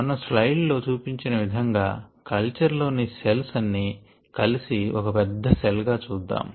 పైన స్లైడ్ లో చూపించిన విధముగా కల్చర్ లోని సెల్స్ అన్ని కలిపి ఒక పెద్ద సెల్ గా చూద్దాము